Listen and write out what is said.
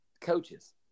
coaches